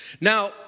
Now